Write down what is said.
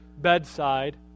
bedside